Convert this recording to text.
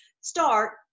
start